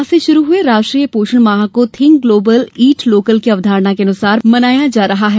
आज से शुरू हुए राष्ट्रीय पोषण माह को थिंक ग्लोबल ईट लोकल की अवधारणा के अनुसार मनाया जायेगा